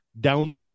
down